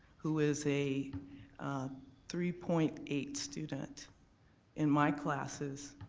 who is a three point eight student in my classes,